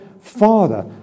father